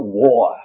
war